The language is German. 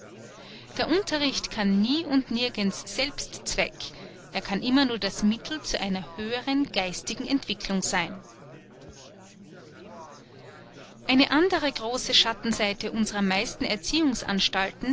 der unterricht kann nie und nirgends selbstzweck er kann immer nur das mittel zu einer höheren geistigen entwicklung sein eine andre große schattenseite unsrer meisten erziehungsanstalten